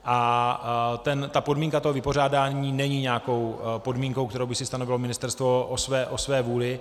A podmínka toho vypořádání není nějakou podmínkou, kterou by si stanovilo ministerstvo o své vůli.